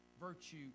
virtue